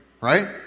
right